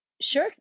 Sure